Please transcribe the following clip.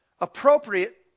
Appropriate